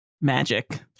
magic